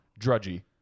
drudgy